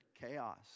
chaos